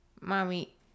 mommy